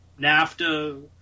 NAFTA